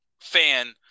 fan